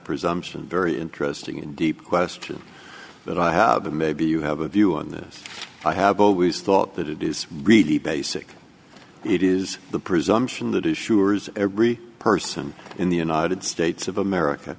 presumption very interesting and deep question that i have a maybe you have a view on this i have always thought that it is really basic it is the presumption that issuers every person in the united states of america